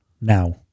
now